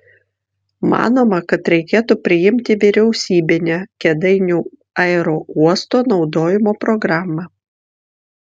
manoma kad reikėtų priimti vyriausybinę kėdainių aerouosto naudojimo programą